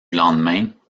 lendemain